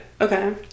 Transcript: Okay